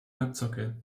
abzocke